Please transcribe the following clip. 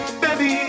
baby